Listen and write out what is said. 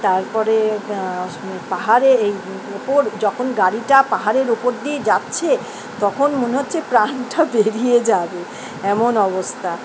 তারপরে পাহাড়ে এই ওপর যখন গাড়িটা পাহাড়ের ওপর দিয়ে যাচ্ছে তখন মনে হচ্ছে প্রাণটা বেরিয়ে যাবে এমন অবস্থা